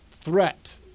threat